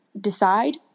decide